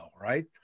right